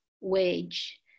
wage